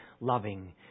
loving